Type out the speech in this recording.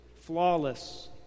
flawless